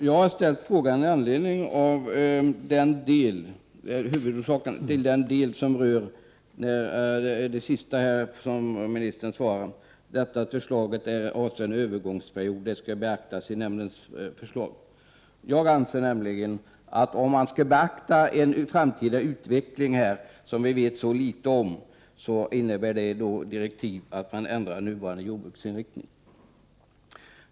Herr talman! Huvudorsaken till min fråga är det sista ministern här talade om, att förslaget avser en övergångsperiod och att det skall beaktas i nämndens förslag. Jag anser nämligen att om man skall beakta en framtida utveckling som vi vet så litet om, innebär detta i praktiken direktiv att ändra nuvarande jordbruks inriktning.